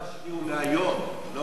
לא מלפני שנה.